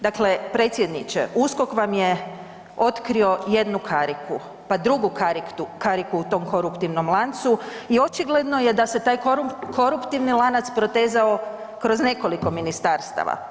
Dakle, predsjedniče, USKOK vam je otkrio jednu kariku, pa drugu kariku u tom koruptivnom lancu i očigledno je da se taj koruptivni lanac protezao kroz nekoliko ministarstava.